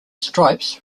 stripes